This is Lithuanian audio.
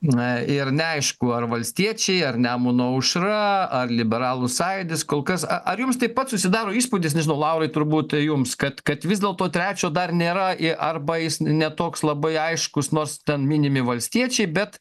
na ir neaišku ar valstiečiai ar nemuno aušra ar liberalų sąjūdis kol kas a ar jums taip pat susidaro įspūdis nežinau laurai turbūt jums kad kad vis dėlto trečio dar nėra į arba jis ne toks labai aiškus nors ten minimi valstiečiai bet